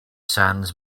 sands